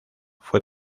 fue